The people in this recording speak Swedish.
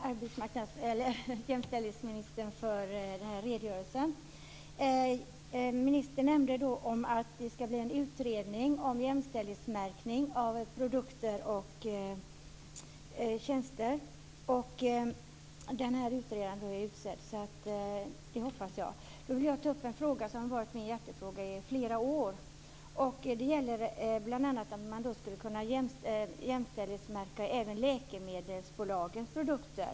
Fru talman! Tack, jämställdhetsministern, för redogörelsen. Ministern nämnde att det ska bli en utredning om jämställdhetsmärkning av produkter och tjänster och att utredaren har utsetts. Jag vill ta upp en fråga som har varit min hjärtefråga i flera år. Det gäller att man skulle kunna jämställdhetsmärka även läkemedelsbolagens produkter.